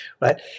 right